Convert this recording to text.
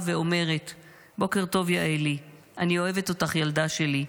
ואומרת 'בוקר טוב יעלי אני אוהבת אותך ילדה שלי'